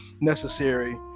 necessary